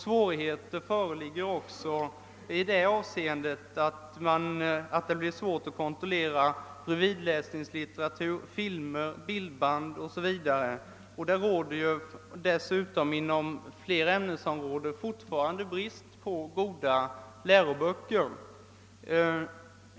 Svårigheter föreligger också därigenom att bredvidläsningslitteratur, filmer, bildband etc. är svåra att kontrollera. Dessutom råder det inom flera ämnesområden brist på goda läroböcker.